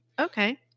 Okay